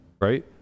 Right